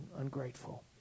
ungrateful